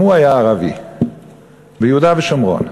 אם הוא היה ערבי ביהודה ושומרון,